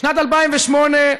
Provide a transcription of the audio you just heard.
בשנת 2008,